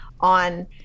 on